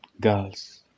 girls